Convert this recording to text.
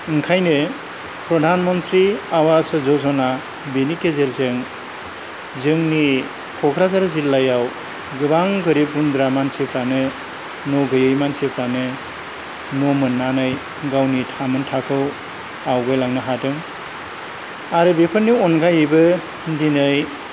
ओंखायनो प्रधान मन्त्रि आवास जज'ना बेनि गेजेरजों जोंनि क'क्राझार जिल्लायाव गोबां गोरिब गुन्द्रा मानसिफ्रानो न' गैयै मानसिफ्रानो न' मोन्नानै गावनि थामोन्थाखौ आवगायलांनो हादों आरो बेफोरनि अनगायैबो दिनै